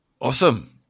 Awesome